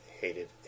hated